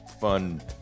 fun